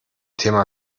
thema